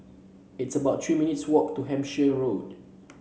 it's about Three minutes' walk to Hampshire Road